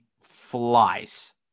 flies